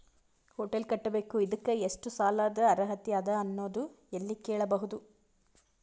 Hotel ಕಟ್ಟಬೇಕು ಇದಕ್ಕ ಎಷ್ಟ ಸಾಲಾದ ಅರ್ಹತಿ ಅದ ಅನ್ನೋದು ಎಲ್ಲಿ ಕೇಳಬಹುದು?